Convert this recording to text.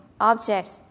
objects